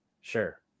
sure